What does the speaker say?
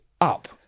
up